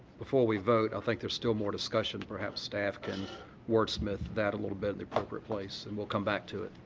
before we vote i think there's still more discussion. perhaps staff can wordsmith that a little bit at the appropriate place and we'll come back to it.